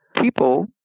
people